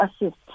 assist